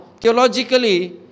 theologically